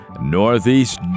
Northeast